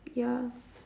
ya